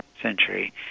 century